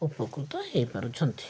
ଉପକୃତ ହେଇପାରୁଛନ୍ତି